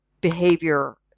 behavior